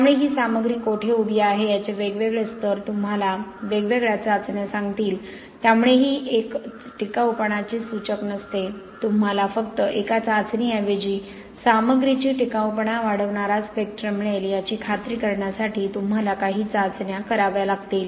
त्यामुळे ही सामग्री कोठे उभी आहे याचे वेगवेगळे स्तर तुम्हाला वेगवेगळ्या चाचण्या सांगतील त्यामुळे एक चाचणी ही टिकाऊपणाचे सूचक नसते तुम्हाला फक्त एका चाचणीऐवजी सामग्रीची टिकाऊपणा वाढवणारा स्पेक्ट्रम मिळेल याची खात्री करण्यासाठी तुम्हाला काही चाचण्या कराव्या लागतील